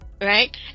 right